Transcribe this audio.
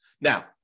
Now